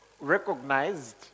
recognized